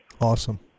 awesome